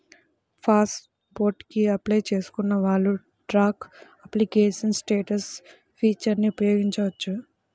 pass port కి apply చేసుకున్న వాళ్ళు ట్రాక్ అప్లికేషన్ స్టేటస్ ఫీచర్ని ఉపయోగించవచ్చు